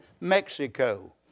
Mexico